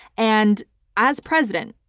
and as president,